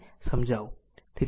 તેથી તે બનાવવામાં આવ્યું છે